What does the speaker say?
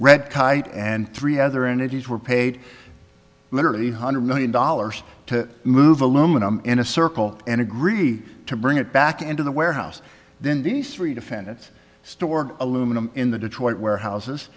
red kite and three other entities were paid literally hundred million dollars to move aluminum in a circle and agree to bring it back into the warehouse then these three defendants stored aluminum in the detroit warehouses